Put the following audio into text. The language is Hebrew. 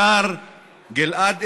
השר גלעד ארדן,